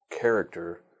character